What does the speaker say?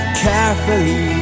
carefully